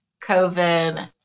COVID